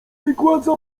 wygładza